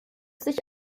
sich